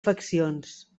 faccions